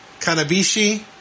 Kanabishi